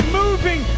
moving